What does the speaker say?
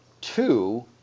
two